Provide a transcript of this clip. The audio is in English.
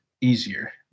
easier